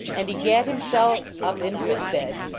and he gat himself up into his bed,